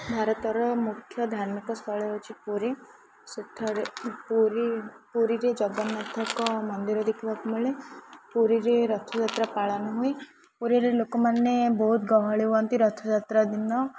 ଭାରତର ମୁଖ୍ୟ ଧାର୍ମିକ ସ୍ଥଳ ହେଉଛି ପୁରୀ ସେଠାରେ ପୁରୀ ପୁରୀରେ ଜଗନ୍ନାଥଙ୍କ ମନ୍ଦିର ଦେଖିବାକୁ ମିଳେ ପୁରୀରେ ରଥଯାତ୍ରା ପାଳନ ହୁଏ ପୁରୀରେ ଲୋକମାନେ ବହୁତ ଗହଳି ହୁଅନ୍ତି ରଥଯାତ୍ରା ଦିନ